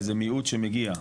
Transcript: איזה מיעוט שמגיע.